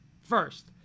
first